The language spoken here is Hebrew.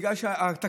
בגלל שהתקציבים,